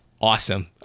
Awesome